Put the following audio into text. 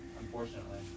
unfortunately